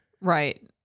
Right